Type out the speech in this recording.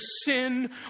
sin